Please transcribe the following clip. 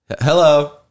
hello